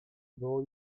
było